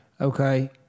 Okay